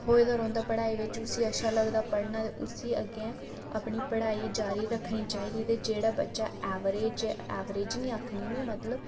खोए दा रौंह्दा पढ़ाई दे बिच उसी अच्छा लगदा पढ़ना ते उसी अग्गें अपनी पढ़ाई जारी रक्खनी चाहिदी ते जेह्ड़ा बच्चा ऐवरेज ऐ ऐवरेज निं आखनी मी मतलब